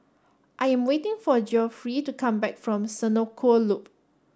I am waiting for Geoffrey to come back from Senoko Loop